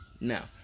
Now